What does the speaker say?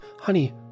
honey